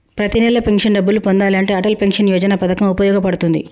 ప్రతి నెలా పెన్షన్ డబ్బులు పొందాలంటే అటల్ పెన్షన్ యోజన పథకం వుపయోగ పడుతుంది